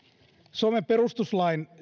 suomen perustuslain